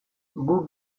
guk